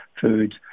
foods